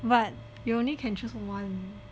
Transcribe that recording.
but you only can choose one